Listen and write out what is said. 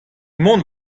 mont